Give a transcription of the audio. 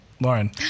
Lauren